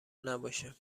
نباشه